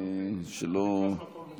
נראה לי שעצרו אותם בכניסה.